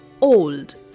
old